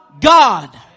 God